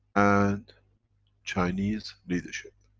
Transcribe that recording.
and chinese leadership,